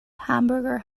hamburger